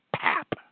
pap